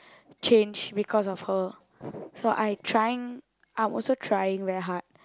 change because of her so I trying I'm also trying very hard